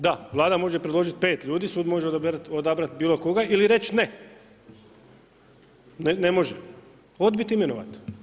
Da, Vlada može predložiti pet ljudi, sud može odabrati bilo koga ili reći ne, ne može, odbiti imenovati.